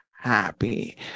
happy